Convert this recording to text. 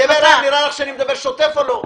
אליסה דברה, נראה לך שאני מדבר שוטף או לא?